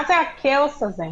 מה זה הכאוס הזה?